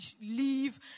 leave